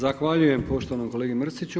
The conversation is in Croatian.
Zahvaljujem poštovanom kolegi Mrsiću.